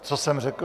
Co jsem řekl?